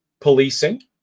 policing